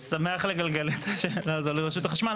אני שמח לגלגל את השאלה הזאת לרשות החשמל.